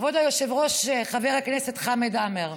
כבוד היושב-ראש, חבר הכנסת חמד עמאר,